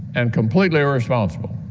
and completely irresponsible.